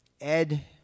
Ed